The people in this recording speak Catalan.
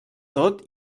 tot